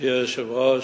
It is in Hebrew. גברתי היושבת-ראש,